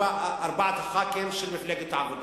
חברי הכנסת של מפלגת העבודה.